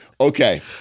Okay